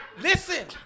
Listen